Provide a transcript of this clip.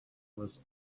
was